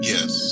Yes